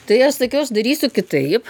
tai aš sakiau aš darysiu kitaip